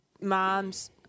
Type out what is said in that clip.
Moms